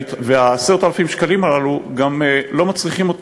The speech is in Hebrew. ו-10,000 השקלים הללו גם לא מצריכים אותו